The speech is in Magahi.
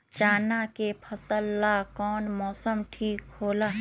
चाना के फसल ला कौन मौसम ठीक होला?